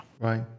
Right